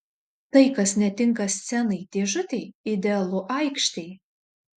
tai kas netinka scenai dėžutei idealu aikštei